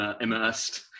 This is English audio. immersed